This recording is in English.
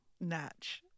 Natch